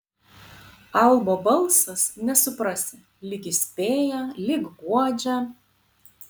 albo balsas nesuprasi lyg įspėja lyg guodžia